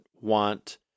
want